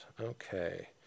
okay